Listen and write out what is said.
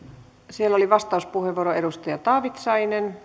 siellä oli yksi vastauspuheenvuoro edustaja taavitsainen